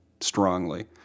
strongly